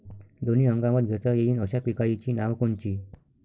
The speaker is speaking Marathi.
दोनी हंगामात घेता येईन अशा पिकाइची नावं कोनची?